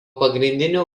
pagrindiniu